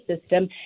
system